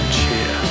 cheer